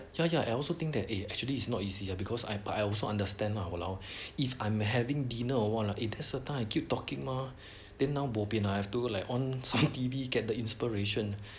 ya ya I also think that eh actually it's not easy lah because I I also understand lah !walao! if I'm having dinner or what lah the second I keep talking mah then now bo pian I have to like on some T_V you get the inspiration